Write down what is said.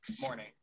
morning